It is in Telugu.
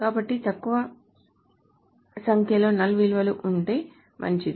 కాబట్టి తక్కువ సంఖ్యలో null విలువలు ఉంటే మంచిది